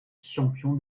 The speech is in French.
champion